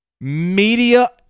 media